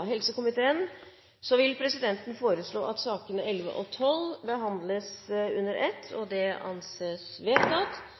omsorgskomiteen vil presidenten foreslå at sakene nr. 11 og 12 behandles under ett. – Det anses vedtatt. Etter ønske fra helse- og